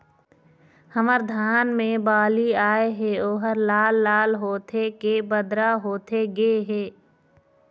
हमर धान मे बाली आए हे ओहर लाल लाल होथे के बदरा होथे गे हे?